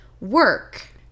work